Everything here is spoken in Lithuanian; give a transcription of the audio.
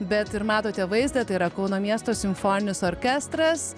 bet ir matote vaizdą tai yra kauno miesto simfoninis orkestras